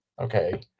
okay